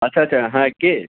আচ্ছা আচ্ছা হ্যাঁ কে